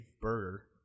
burger